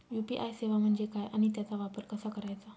UPI सेवा म्हणजे काय आणि त्याचा वापर कसा करायचा?